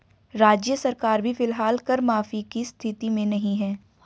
राज्य सरकार भी फिलहाल कर माफी की स्थिति में नहीं है